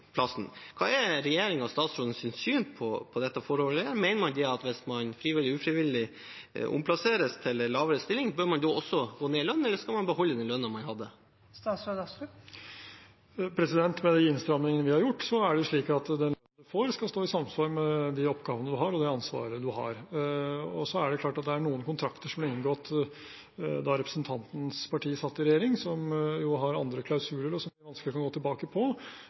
Hva er regjeringen og statsrådens syn på dette forholdet? Mener man at hvis man frivillig eller ufrivillig omplasseres til en lavere stilling, bør man gå ned i lønn, eller skal man beholde den lønnen man hadde? Med de innstramningene vi har gjort, er det slik at den lønnen man får, skal stå i samsvar med de oppgavene og ansvaret man har. Så er det klart at det er noen kontrakter som ble inngått da representantens parti satt i regjering, som jo har andre klausuler, og som vi vanskelig kan gå tilbake på.